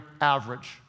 average